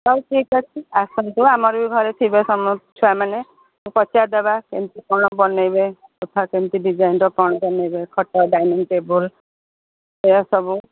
ହଉ ଠିକ୍ ଅଛି ଆସନ୍ତୁ ଆମର ବି ଘରେ ଥିବ ସମସ୍ତେ ଛୁଆମାନେ ପଚାରି ଦେବା କେମିତି କ'ଣ ବନେଇବେ ସୋଫା କେମିତି ଡିଜାଇନ୍ର କ'ଣ ବନେଇବେ ଖଟ ଡାଇନିଙ୍ଗ୍ ଟେବୁଲ୍ ଏସବୁ